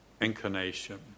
inclination